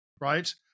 right